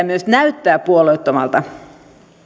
myös näyttää puolueettomalta